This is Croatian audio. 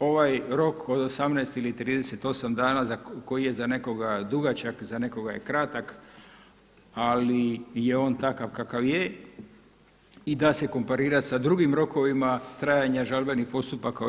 ovaj rok od 18 ili 38 dana koji je za nekoga dugačak, za nekoga je kratak ali je on takav kakav je i da se komparirat sa drugim rokovima trajanja žalbenih postupaka u EU.